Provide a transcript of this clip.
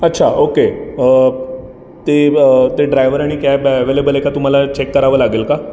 अच्छा ओके ते ड्रायवर आणि कॅब अवलेबल आहे का तुम्हाला चेक करावं लागेल का